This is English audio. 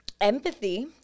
empathy